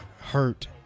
hurt